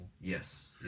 yes